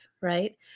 right